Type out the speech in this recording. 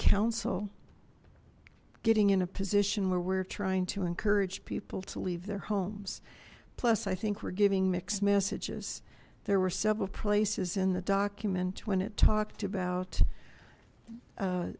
council getting in a position where we're trying to encourage people to leave their homes plus i think we're giving mixed messages there were several places in the document when it talked about